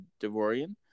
Devorian